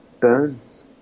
Burns